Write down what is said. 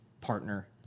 partner